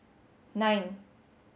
nine